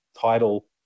title